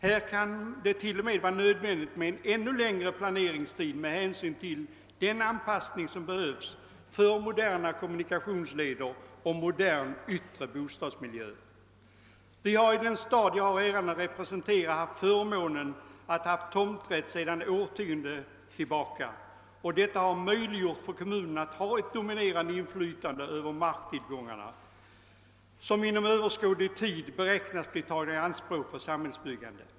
Här kan det till och med vara nödvändigt med en ännu längre planeringstid med hänsyn till den anpassning som behövs för moderna kommunikationsleder och modern yttre bostadsmiljö. Vi har i den stad jag har äran att representera haft förmånen att utnyttja tomträtt sedan årtionden tillbaka, och detta har möjliggjort för kommunen att öva ett dominerande infiytande över de marktillgångar, som inom överskådlig tid beräknas bli tagna i anspråk för samhällsbyggande.